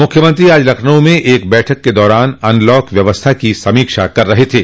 मुख्यमंत्री आज लखनऊ में एक बैठक के दौरान अनलॉक व्यवस्था की समीक्षा कर रहे थे